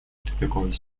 тупиковой